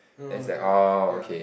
uh ya ya